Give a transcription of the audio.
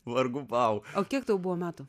vargu bau o kiek tau buvo metų